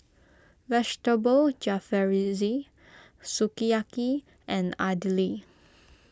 Vegetable Jalfrezi Sukiyaki and Idili